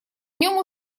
нем